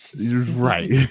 Right